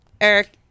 Eric